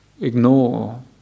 ignore